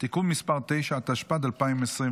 (תיקון מס' 9), התשפ"ד 2024,